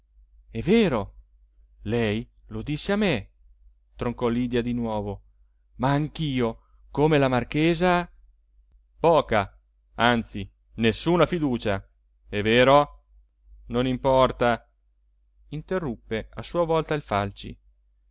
è vero lei lo disse a me troncò lydia di nuovo ma anch'io come la marchesa poca anzi nessuna fiducia è vero non importa interruppe a sua volta il falci